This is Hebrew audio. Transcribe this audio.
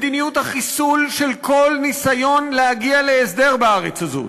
מדיניות החיסול של כל ניסיון להגיע להסדר בארץ הזאת,